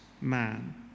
man